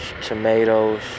tomatoes